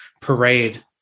parade